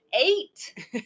eight